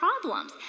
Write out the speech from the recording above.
problems